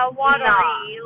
watery